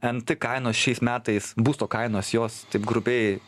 nt kainos šiais metais būsto kainos jos taip grubiai